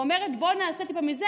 ואומרת: בואו נעשה טיפה מזה,